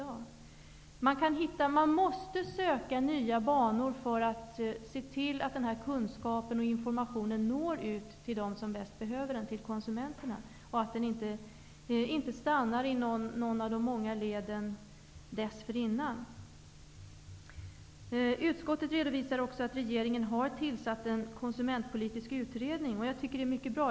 Den finns inte där i dag. Man måste söka nya banor för att se till att den här kunskapen och informationen når ut till dem som bäst behöver den, till konsumenterna, och att den inte stannar i något av de många leden dessförinnan. Utskottet redovisar också att regeringen har tillsatt en konsumentpolitisk utredning, och det är mycket bra.